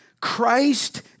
Christ